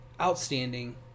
outstanding